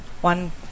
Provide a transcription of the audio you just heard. one